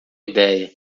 ideia